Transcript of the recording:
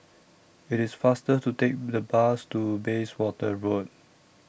IT IS faster to Take The Bus to Bayswater Road